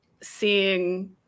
seeing